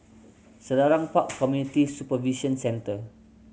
Selarang Park Community Supervision Centre